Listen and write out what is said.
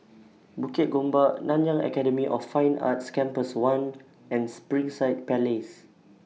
Bukit Gombak Nanyang Academy of Fine Arts Campus one and Springside Place